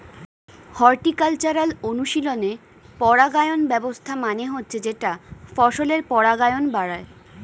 horticultural অনুশীলনে পরাগায়ন ব্যবস্থা মানে হচ্ছে যেটা ফসলের পরাগায়ন বাড়ায়